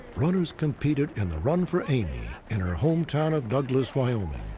runners competed in the run for amy in her hometown of douglas, wyoming.